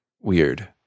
weird